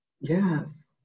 Yes